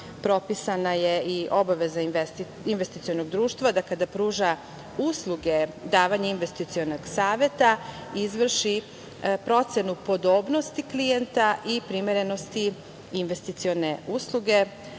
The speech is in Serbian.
propisana je i obaveza investicionog društva da kada pruža usluge davanja investicionog saveta izvrši procenu podobnosti klijenta i primerenosti investicione usluge.